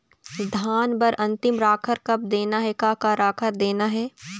धान बर अन्तिम राखर कब देना हे, का का राखर देना हे?